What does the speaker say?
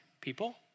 people